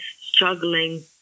struggling